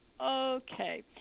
Okay